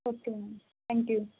okay madam thank you